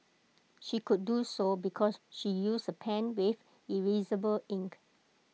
she could do so because she used A pen with erasable ink